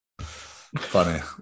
Funny